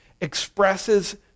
expresses